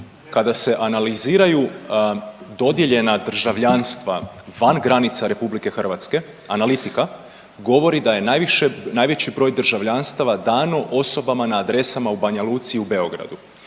kada se analiziraju dodijeljena državljanstva van granica Republike Hrvatske analitika govori da je najveći broj državljanstava dano osobama na adresama u Banja Luci i u Beogradu.